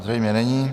Zřejmě není.